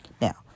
now